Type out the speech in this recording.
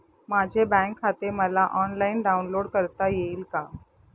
माझे बँक खाते मला ऑनलाईन डाउनलोड करता येईल का?